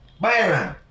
Byron